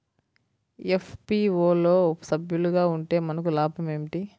FPO లో సభ్యులుగా ఉంటే మనకు లాభం ఏమిటి?